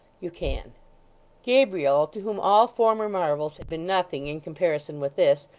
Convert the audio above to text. you can gabriel, to whom all former marvels had been nothing in comparison with this,